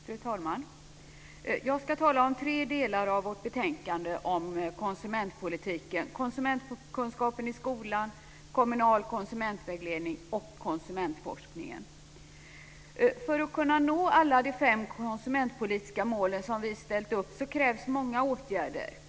Fru talman! Jag ska tala om tre delar av vårt betänkande om konsumentpolitiken: konsumentkunskapen i skolan, kommunal konsumentvägledning och konsumentforskningen. För att kunna nå alla de fem konsumentpolitiska mål som vi ställt upp krävs många åtgärder.